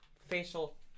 facial